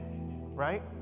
right